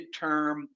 midterm